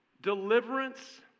Deliverance